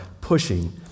pushing